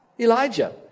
Elijah